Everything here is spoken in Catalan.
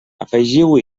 afegiu